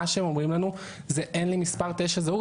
מה שהם אומרים לנו זה אין לנו מספר תשע זהות,